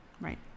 right